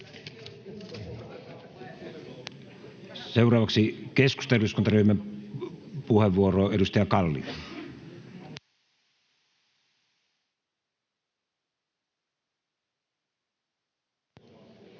Seuraavaksi keskustan eduskuntaryhmän puheenvuoro, edustaja Kalli. [Speech